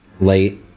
late